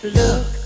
look